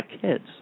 kids